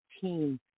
team